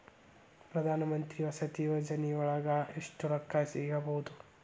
ಪ್ರಧಾನಮಂತ್ರಿ ವಸತಿ ಯೋಜನಿಯೊಳಗ ಎಷ್ಟು ರೊಕ್ಕ ಸಿಗಬೊದು?